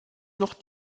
noch